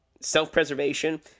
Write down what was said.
self-preservation